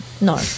No